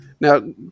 Now